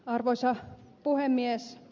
arvoisa puhemies